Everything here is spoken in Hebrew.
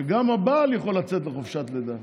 שגם הבעל יכול לצאת לחופשת לידה.